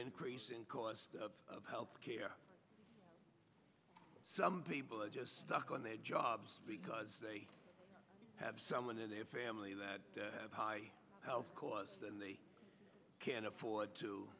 increase in cost of health care some people are just stuck on their jobs because they have someone in their family that health costs and they can't afford to